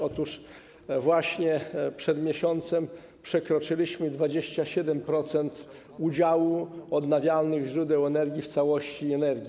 Otóż właśnie przed miesiącem przekroczyliśmy 27% udziału odnawialnych źródeł energii w całości energii.